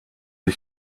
you